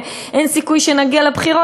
ואין סיכוי שנגיע לבחירות.